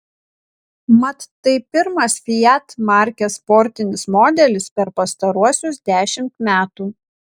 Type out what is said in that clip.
mat tai pirmas fiat markės sportinis modelis per pastaruosius dešimt metų